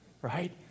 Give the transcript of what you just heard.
Right